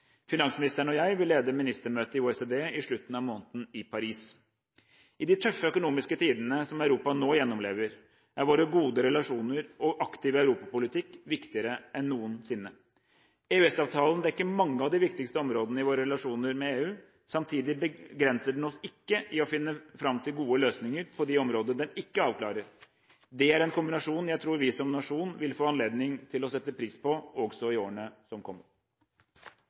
Finansministeren og jeg vil lede ministermøtet i OECD i slutten av måneden i Paris. I de tøffe økonomiske tidene som Europa nå gjennomlever, er våre gode relasjoner og vår aktive europapolitikk viktigere enn noensinne. EØS-avtalen dekker mange av de viktigste områdene i våre relasjoner med EU. Samtidig begrenser den oss ikke i å finne fram til gode løsninger på de områdene den ikke avklarer. Det er en kombinasjon jeg tror vi som nasjon vil få anledning til å sette pris på også i årene som kommer.